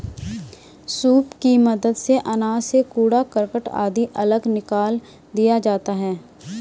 soup की मदद से अनाज से कूड़ा करकट आदि अलग निकाल दिया जाता है